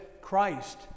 Christ